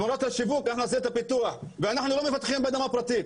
תמורת השיווק אנחנו נעשה את הפיתוח ואנחנו לא מפתחים באדמה פרטית,